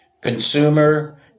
consumer